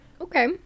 okay